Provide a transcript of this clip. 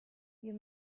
you